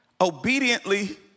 obediently